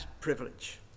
privilege